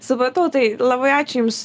supratau tai labai ačiū jums